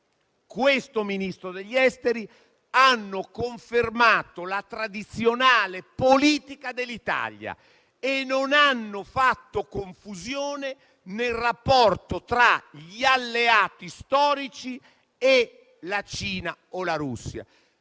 questo Ministro degli affari esteri hanno confermato la tradizionale politica dell'Italia e non hanno fatto confusione nel rapporto tra gli alleati storici e la Cina o la Russia.